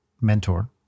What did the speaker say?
mentor